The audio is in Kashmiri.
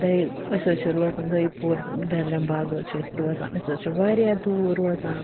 أسۍ حٕظ چھِ روزان دٕۍ پوٗر دٮ۪درَم باغ حظ چھِ أسۍ روزان أسۍ حٕظ چھِ واریاہ دوٗر روزان